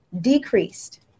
decreased